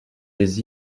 les